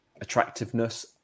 attractiveness